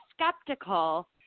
skeptical